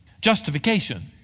Justification